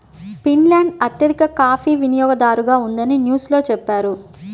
Finland అత్యధిక coffee వినియోగదారుగా ఉందని న్యూస్ లో చెప్పారు